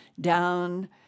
down